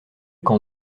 qu’en